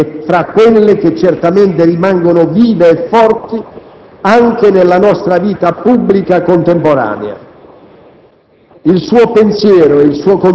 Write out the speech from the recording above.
La sua figura è fra quelle che certamente rimangono vive e forti anche nella nostra vita pubblica contemporanea.